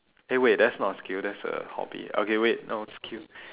hey wait that's not a skill that's a hobby okay wait no skill